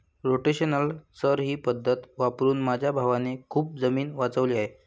rotational चर ही पद्धत वापरून माझ्या भावाने खूप जमीन वाचवली आहे